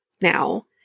now